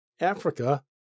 Africa